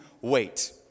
wait